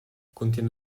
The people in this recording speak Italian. contiene